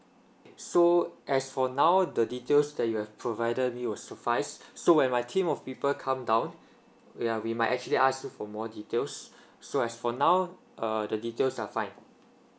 so as for now the details that you have provided me will suffice so when my team of people come down yeah we might actually ask you for more details so as for now uh the details are fine